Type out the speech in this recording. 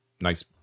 nice